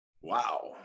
Wow